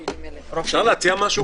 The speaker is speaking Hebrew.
אפשר להציע משהו?